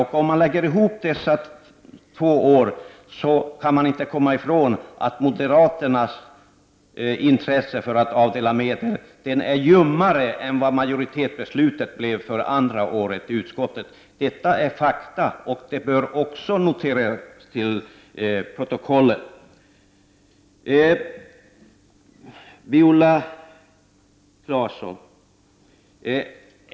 Om man lägger ihop dessa två år kan man inte komma ifrån att moderaternas intresse för att avdela medel är ljummare än det som kom till uttryck i utskottsmajoritetens beslut rörande medel för det andra året. Detta är fakta, och det bör också noteras till protokollet.